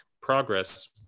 progress